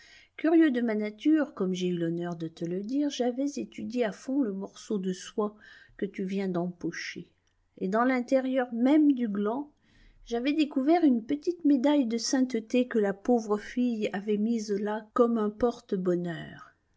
curieux de ma nature comme j'ai eu l'honneur de te le dire j'avais étudié à fond le morceau de soie que tu viens d'empocher et dans l'intérieur même du gland j'avais découvert une petite médaille de sainteté que la pauvre fille avait mise là comme un porte-bonheur